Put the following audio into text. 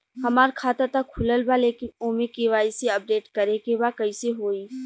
हमार खाता ता खुलल बा लेकिन ओमे के.वाइ.सी अपडेट करे के बा कइसे होई?